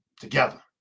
together